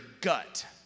gut